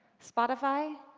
spotify,